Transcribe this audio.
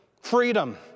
Freedom